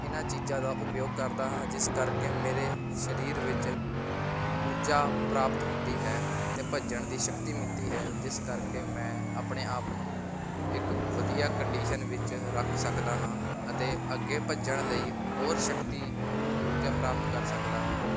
ਇਹਨਾਂ ਚੀਜ਼ਾਂ ਦਾ ਉਪਯੋਗ ਕਰਦਾ ਹਾਂ ਜਿਸ ਕਰਕੇ ਮੇਰੇ ਸਰੀਰ ਵਿੱਚ ਊਰਜਾ ਪ੍ਰਾਪਤ ਹੁੰਦੀ ਹੈ ਅਤੇ ਭੱਜਣ ਦੀ ਸ਼ਕਤੀ ਮਿਲਦੀ ਹੈ ਜਿਸ ਕਰਕੇ ਮੈਂ ਆਪਣੇ ਆਪ ਨੂੰ ਇੱਕ ਵਧੀਆ ਕੰਡੀਸ਼ਨ ਵਿੱਚ ਰੱਖ ਸਕਦਾ ਹਾਂ ਅਤੇ ਅੱਗੇ ਭੱਜਣ ਲਈ ਹੋਰ ਸ਼ਕਤੀ ਊਰਜਾ ਪ੍ਰਾਪਤ ਕਰ ਸਕਦਾ ਹਾਂ